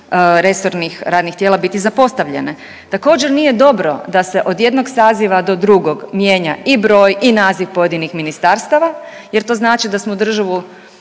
resornih radnih tijela biti zapostavljene. Također nije dobro da se od jednog saziva do drugog mijenja i broj i naziv pojedinih ministarstava jer to znači da smo državu